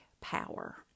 power